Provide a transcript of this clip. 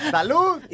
Salud